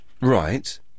Right